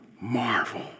marvel